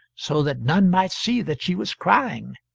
so that none might see that she was crying.